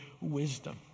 wisdom